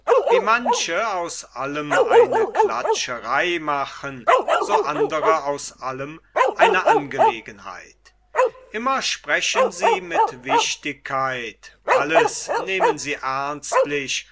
wie manche aus allem eine klatscherei machen so andre aus allem eine angelegenheit immer sprechen sie mit wichtigkeit alles nehmen sie